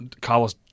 Carlos